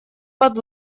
под